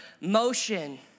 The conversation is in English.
motion